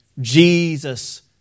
Jesus